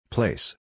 Place